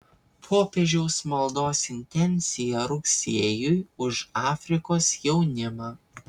popiežiaus maldos intencija rugsėjui už afrikos jaunimą